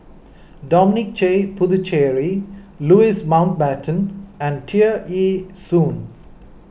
Dominic J Puthucheary Louis Mountbatten and Tear Ee Soon